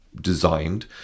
designed